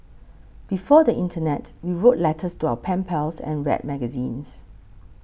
before the internet we wrote letters to our pen pals and read magazines